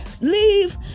leave